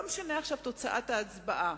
לא משנה עכשיו תוצאת ההצבעה,